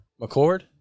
McCord